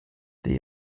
they